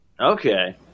Okay